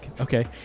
okay